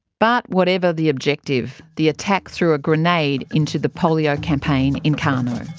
but whatever the objective, the attack threw a grenade into the polio campaign in kano.